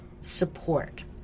support